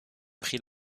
pris